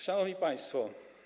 Szanowni Państwo!